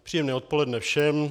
Příjemné odpoledne všem.